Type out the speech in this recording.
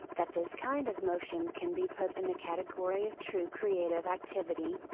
that this kind of motion can be put in the category of true creative activity,